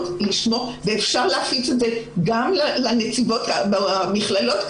אפשר להפיץ את זה גם לנציבות במכללות,